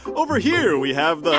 over here we have the.